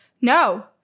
No